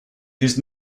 his